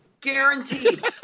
Guaranteed